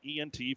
ENT